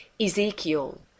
Ezekiel